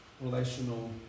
relational